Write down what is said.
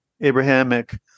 Abrahamic